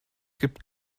gibt